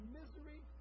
misery